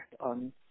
on